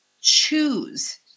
choose